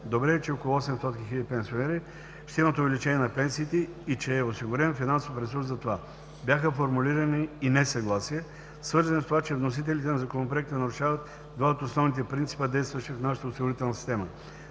Добре е, че около 800 хиляди пенсионери ще имат увеличение на пенсиите, и че е осигурен финансов ресурс за това. Бяха формулирани и несъгласия, свързани с това, че вносителите на Законопроекта нарушават два от основните принципи, действащи в нашата осигурителна система